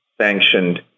sanctioned